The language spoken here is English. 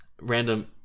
random